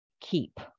keep